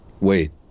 Wait